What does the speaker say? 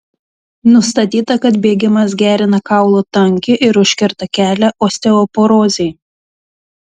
nustatyta kad bėgimas gerina kaulų tankį ir užkerta kelią osteoporozei